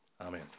Amen